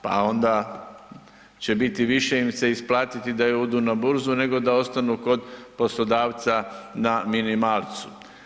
Pa onda će biti više će im se isplatiti da odu na burzu nego da ostanu kod poslodavca na minimalcu.